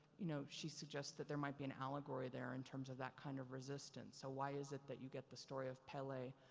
you know, she suggests that there might be an allegory there in terms of that kind of resistance. so why is it that you get the story of pele,